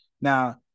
Now